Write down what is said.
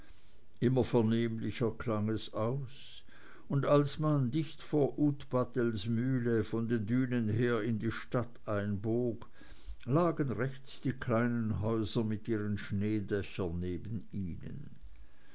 immer vernehmlicher klang es und als man dicht vor utpatels mühle von den dünen her in die stadt einbog lagen rechts die kleinen häuser mit ihren schneedächern neben ihnen